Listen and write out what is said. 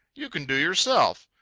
you can do yourself.